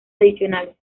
adicionales